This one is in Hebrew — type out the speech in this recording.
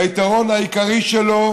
והיתרון העיקרי שלו הוא